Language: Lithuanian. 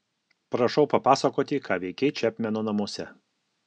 prašau papasakoti ką veikei čepmeno namuose